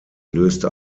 löste